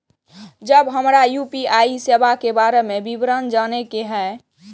जब हमरा यू.पी.आई सेवा के बारे में विवरण जाने के हाय?